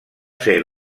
ser